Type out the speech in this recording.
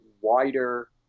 wider